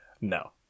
No